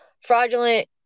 fraudulent